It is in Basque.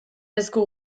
esku